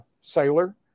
sailor